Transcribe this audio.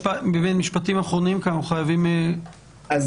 משפטים אחרונים כי אנחנו חייבים לחתור לסיום.